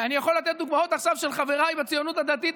ואני יכול לתת דוגמאות עכשיו של חבריי בציונות הדתית,